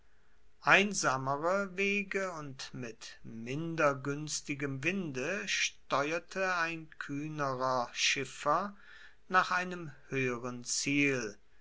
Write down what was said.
einsamere wege und mit minder guenstigem winde steuerte ein kuehnerer schiffer nach einem hoeheren ziel